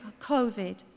COVID